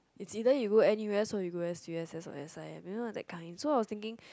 is either you go n_u_s or you go s_u_s_s or s_i_m you know that kind so I was thinking